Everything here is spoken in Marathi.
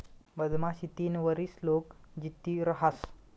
मधमाशी तीन वरीस लोग जित्ती रहास